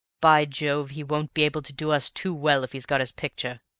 by jove! he won't be able to do us too well if he's got his picture.